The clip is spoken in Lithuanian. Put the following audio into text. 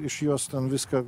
iš jos ten viską